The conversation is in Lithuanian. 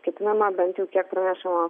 ketinama bent jau kiek pranešama